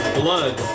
blood